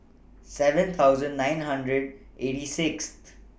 seven thousand nine hundred eighty six